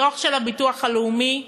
דוח של הביטוח הלאומי,